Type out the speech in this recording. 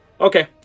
okay